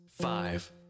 five